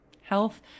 health